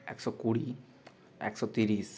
একশো কুড়ি একশো ত্রিশ